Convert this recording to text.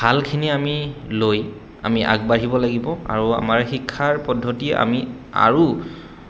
ভালখিনি আমি লৈ আমি আগবাঢ়িব লাগিব আৰু আমাৰ শিক্ষাৰ পদ্ধতি আমি আৰু